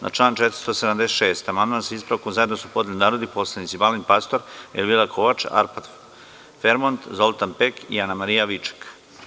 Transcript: Na član 476. amandman sa ispravkom zajedno su podneli narodni poslanici Balint Pastor, Elvira Kovač, Arpad Fremond, Zoltan Pek i Anamarija Viček.